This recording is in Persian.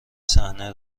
صحنه